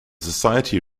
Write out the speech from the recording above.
society